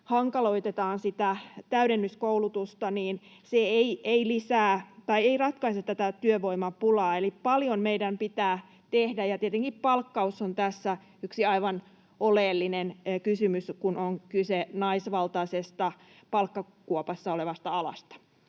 hankaloitetaan sitä täydennyskoulutusta, niin se ei ratkaise tätä työvoimapulaa. Eli paljon meidän pitää tehdä, ja tietenkin palkkaus on tässä yksi aivan oleellinen kysymys, kun on kyse naisvaltaisesta palkkakuopassa olevasta alasta.